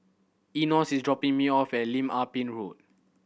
Enos is dropping me off at Lim Ah Pin Road